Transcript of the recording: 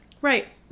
Right